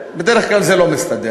בדרך כלל זה לא מסתדר.